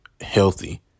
healthy